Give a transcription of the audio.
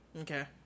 Okay